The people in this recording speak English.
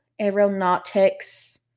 aeronautics